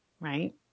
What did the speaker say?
right